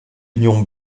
union